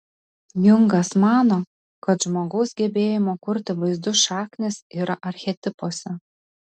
jungas mano kad žmogaus gebėjimo kurti vaizdus šaknys yra archetipuose